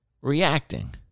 reacting